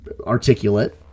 articulate